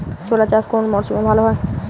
ছোলা চাষ কোন মরশুমে ভালো হয়?